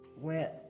went